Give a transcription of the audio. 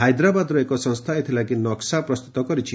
ହାଇଦ୍ରାବାଦର ଏକ ସଂସ୍ରା ଏଥଲାଗି ନକ୍ୱା ପ୍ରସ୍ତୁତ କରିଛି